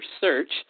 search